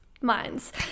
minds